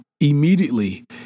Immediately